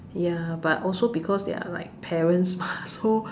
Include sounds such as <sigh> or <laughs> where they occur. ya but also they are like parents mah <laughs> so